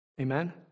Amen